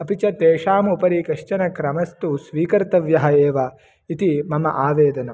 अपि च तेषाम् उपरि कश्चन क्रमस्तु स्वीकर्तव्यः एव इति मम आवेदनं